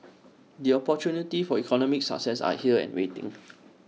the opportunities for economic success are here and waiting